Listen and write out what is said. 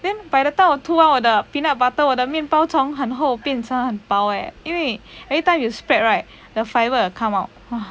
then by the time I 涂完我的 peanut butter 我的面包从很厚变成很薄诶因为 every time you spread right the fiber will come out